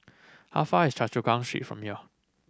how far y is Choa Chu Kang Street from here